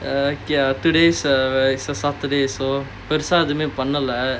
uh okay ah today's a it's a saturday so பெருசா எதுமே பண்ணல:perusaa edhumae pannala